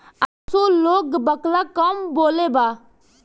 असो लोग बकला कम बोअलेबा